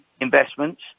investments